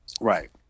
Right